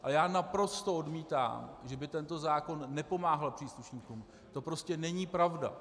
Ale já naprosto odmítám, že by tento zákon nepomáhal příslušníkům, to prostě není pravda!